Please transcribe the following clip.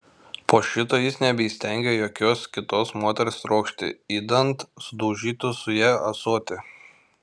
po šito jis nebeįstengė jokios kitos moters trokšti idant sudaužytų su ja ąsotį